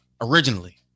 originally